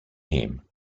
him